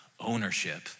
ownership